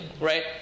right